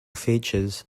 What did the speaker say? features